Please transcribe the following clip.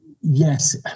yes